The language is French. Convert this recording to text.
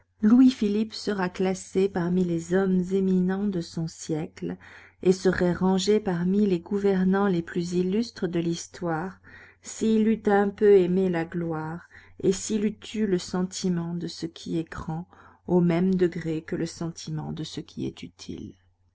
louis-philippe sera classé parmi les hommes éminents de son siècle et serait rangé parmi les gouvernants les plus illustres de l'histoire s'il eût un peu aimé la gloire et s'il eût eu le sentiment de ce qui est grand au même degré que le sentiment de ce qui est utile